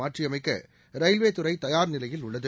மாற்றியமைக்க ரயில்வே துறை தயார் நிலையில் உள்ளது